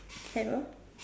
hello